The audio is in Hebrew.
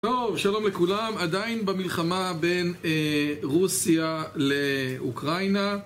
טוב, שלום לכולם. עדיין במלחמה בין רוסיה לאוקראינה.